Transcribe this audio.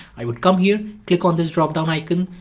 i would come here, click on this drop down icon,